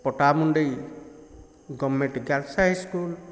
Pattamundai government girls high school